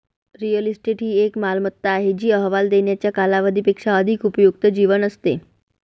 real estate ही एक मालमत्ता आहे जी अहवाल देण्याच्या कालावधी पेक्षा अधिक उपयुक्त जीवन असते